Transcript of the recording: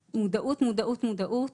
מודעות, מודעות, מודעות.